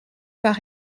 par